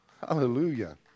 Hallelujah